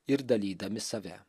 ir dalydami save